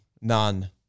None